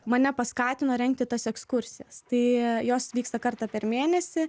mane paskatino rengti tas ekskursijas tai jos vyksta kartą per mėnesį